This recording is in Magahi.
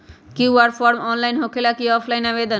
कियु.आर फॉर्म ऑनलाइन होकेला कि ऑफ़ लाइन आवेदन?